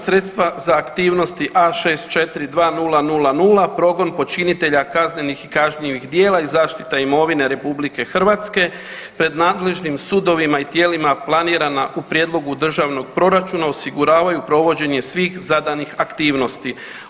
Sredstva za aktivnosti A642000 Progon počinitelja kaznenih i kažnjivih djela i zaštita imovine RH pred nadležnim sudovima i tijelima planirana u prijedlogu Državnog proračuna osiguravaju provođenje svih zadanih aktivnosti.